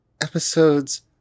episodes